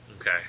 Okay